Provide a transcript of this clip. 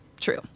true